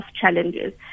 challenges